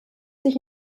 sich